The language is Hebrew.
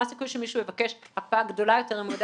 מה הסיכוי שמישהו יבקש הקפאה גדולה יותר אם הוא יודע